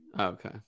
Okay